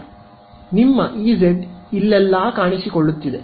ಆದ್ದರಿಂದ ನಿಮ್ಮ ಇಜೆಡ್ ಇಲ್ಲೆಲ್ಲಾ ಕಾಣಿಸಿಕೊಳ್ಳುತ್ತಿದೆ